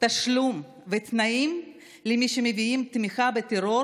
תשלום ותנאים למי שמביעים תמיכה בטרור